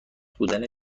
بودن